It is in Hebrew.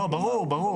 ברור.